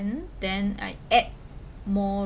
um then I add more